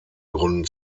gründen